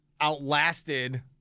outlasted